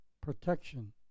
protection